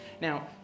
now